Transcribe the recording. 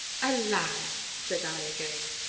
a lamb! said i again,